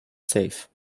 safe